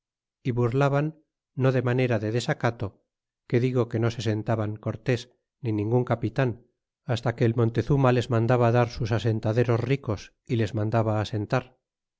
y burlaban no de manera de desacato que digo que no se sentaban cortés ni ningun capitan hasta que el monteztuna les mandaba lar sus asentaderos ricos y les mandaba asentar